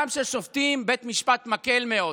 גם כששופטים, בית משפט מקל מאוד.